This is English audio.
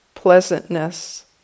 pleasantness